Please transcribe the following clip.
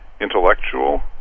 Intellectual